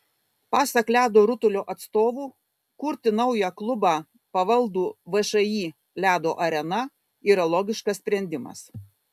pasak ledo ritulio atstovų kurti naują klubą pavaldų všį ledo arena yra logiškas sprendimas